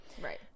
right